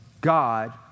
God